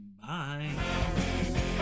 bye